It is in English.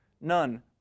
None